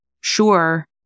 sure